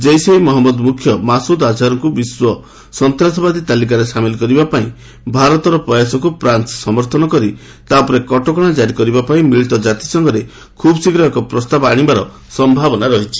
ଜୈସ ଇ ମହଞ୍ଜଦଙ୍କ ମୁଖ୍ୟ ମାସୁଦ ଆଝାରଙ୍କୁ ବିଶ୍ୱ ଆତଙ୍କବାଦୀ ତାଲିକାରେ ସାମିଲ କରିବା ପାଇଁ ଭାରତର ପ୍ରୟାସକୁ ଫ୍ରାନ୍ନ ସମର୍ଥନ କରି ତା ଉପରେ କଟକଣା ଜାରି କରିବା ପାଇଁ ମିଳିତ କାତିସଂଘରେ ଖୁବ୍ ଶୀଘ୍ର ଏକ ପ୍ରସ୍ତାବ ଆଶିବାର ସମ୍ଭାବନା ରହିଛି